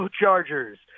Chargers